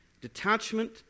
Detachment